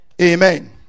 Amen